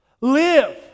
live